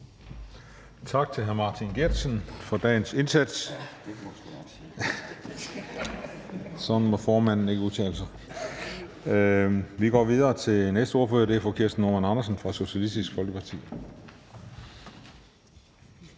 Tak til hr. Martin Geertsen for dagens indsats. Vi går videre til den næste ordfører, og det er fru Kirsten Normann Andersen fra Socialistisk Folkeparti.